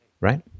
right